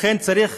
לכן, צריך